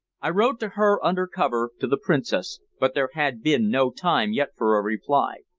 i wrote to her under cover to the princess, but there had been no time yet for a reply.